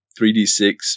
3d6